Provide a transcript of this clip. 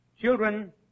children